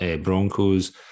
Broncos